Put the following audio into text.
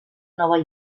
nova